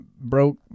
broke